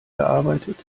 gearbeitet